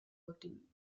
botín